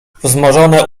wzmożone